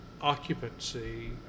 occupancy